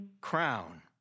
crown